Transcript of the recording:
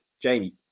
Jamie